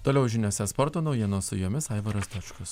toliau žiniose sporto naujienas su jumis aivaras dočkus